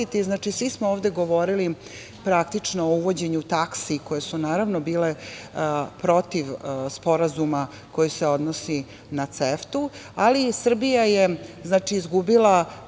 svi smo ovde govorili praktično o uvođenju taksi koje su bile protiv sporazuma koji se odnosi na CEFTU, ali Srbija je izgubila